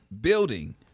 building